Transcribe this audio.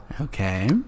okay